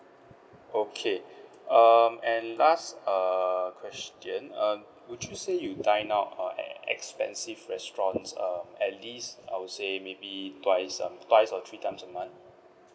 okay um and last err question um would you say you dine out on a expensive restaurants err at least I would say maybe twice um twice or three times a month